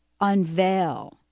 unveil